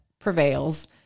prevails